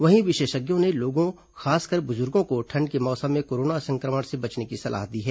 वहीं विशेषज्ञों ने लोगों खासकर बुजुर्गों को ठंड के मौसम में कोरोना संक्रमण से बचने की सलाह दी है